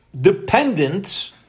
dependent